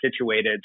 situated